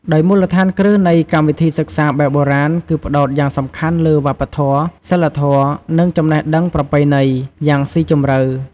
ដោយមូលដ្ឋានគ្រឹះនៃកម្មវិធីសិក្សាបែបបុរាណគឺផ្តោតយ៉ាងសំខាន់លើ វប្បធម៌ សីលធម៌ និងចំណេះដឹងប្រពៃណី យ៉ាងស៊ីជម្រៅ។